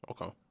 Okay